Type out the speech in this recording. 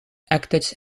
actors